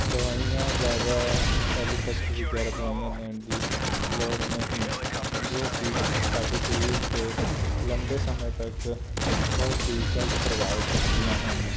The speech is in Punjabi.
ਦਵਾਈਆਂ ਜ਼ਿਆਦਾ ਐਲੋਪੈਥਿਕ ਵਗੈਰਾ ਦਵਾਈਆਂ ਲੈਣ ਦੀ ਲੋੜ ਨਹੀਂ ਜੋ ਕਿ ਸਾਡੇ ਸਰੀਰ ਤੇ ਲੰਬੇ ਸਮੇਂ ਤੱਕ ਬਹੁਤ ਹੀ ਗਲਤ ਪ੍ਰਭਾਵ ਛੱਡਦੀਆਂ ਹਨ